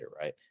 right